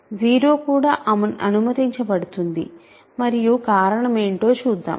0 కూడా అనుమతించబడుతుంది మరియు కారణం ఏంటో చూద్దాం